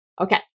Okay